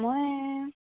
মই